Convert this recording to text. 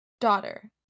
daughter